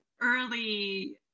early